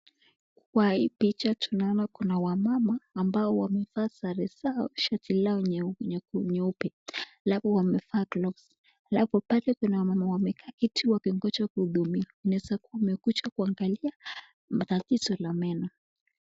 Kwa hii picha tunaona kuna wamama ambao wamevaa sare zao shati lao nyeupe alafu wamevaa gloves .Alafu pale kuna wamama wamekaa kiti wakingoja kuhudumiwa. Inaweza kuwa wamekuja kuangalia matatizo la meno.